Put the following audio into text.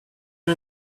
you